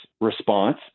response